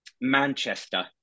Manchester